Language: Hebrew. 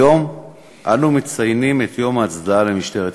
היום אנו מציינים את יום ההצדעה למשטרת ישראל.